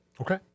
Okay